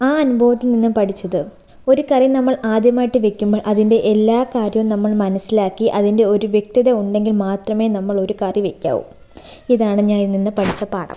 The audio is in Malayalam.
ആ അനുഭവത്തിൽ നിന്നും പഠിച്ചത് ഒരു കറി നമ്മൾ ആദ്യമായിട്ട് വയ്ക്കുമ്പോൾ അതിൻ്റെ എല്ലാ കാര്യവും നമ്മൾ മനസ്സിലാക്കി അതിൻ്റെ ഒരു വ്യക്തത ഉണ്ടെങ്കിൽ മാത്രമേ നമ്മൾ ഒരു കറി വയ്ക്കാവൂ ഇതാണ് ഞാൻ ഇതിൽ നിന്ന് പഠിച്ച പാഠം